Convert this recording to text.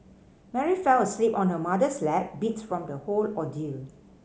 Mary fell asleep on her mother's lap beat from the whole ordeal